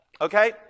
Okay